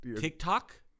TikTok